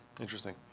Interesting